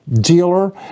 dealer